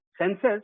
senses